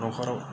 न'खराव